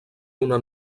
una